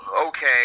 okay